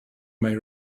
may